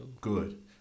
good